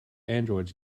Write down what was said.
androids